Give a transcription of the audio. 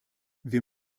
wir